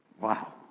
Wow